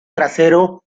trasero